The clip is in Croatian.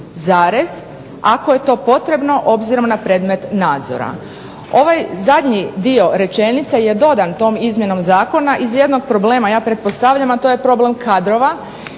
ako je to potrebno obzirom na predmet nadzora. Ovaj zadnji dio rečenice je dodan tom izmjenom zakona iz jednog problema ja pretpostavljam, a to je problem kadrova